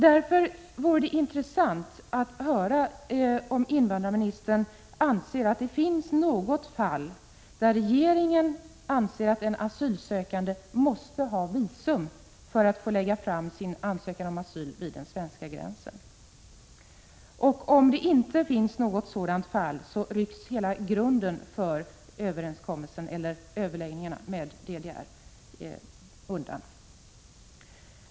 Därför vore det intressant att höra om invandrarministern anser att det finns något fall där regeringen menar att en asylsökande vid den svenska gränsen måste ha visum för att lägga fram sin ansökan om asyl. Om det inte finns något sådant fall, rycks hela grunden undan för överenskommelsen — eller överläggningarna — med DDR.